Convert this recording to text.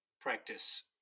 practice